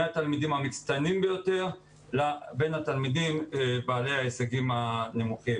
מהתלמידים המצטיינים ביותר לתלמידים בעלי ההישגים הנמוכים,